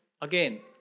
again